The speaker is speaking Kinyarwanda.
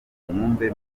mwumve